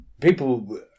people